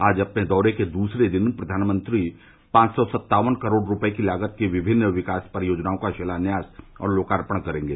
आज अपने दौरे के दूसरे दिन प्रधानमंत्री पांच सौ सत्तावन करोड़ रूपये लागत की विभिन्न विकास परियोजनाओं का शिलान्यास और लोकार्पण करेंगे